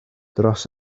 dros